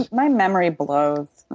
my memory blows.